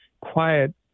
quiet